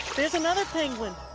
there's another penguin.